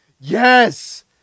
Yes